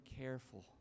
careful